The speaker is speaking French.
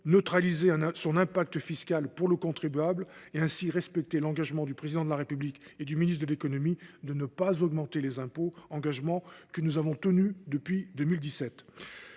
neutraliser son impact fiscal pour le contribuable et, ainsi, respecter l’engagement du Président de la République et du ministre de l’économie de ne pas augmenter les impôts, engagement que nous avons tenu depuis 2017.